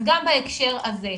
אז גם בהקשר הזה,